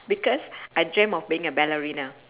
because I dreamt of being a ballerina